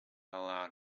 allowed